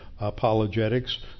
apologetics